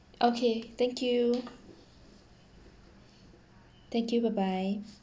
okay thank you thank you bye bye